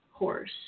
horse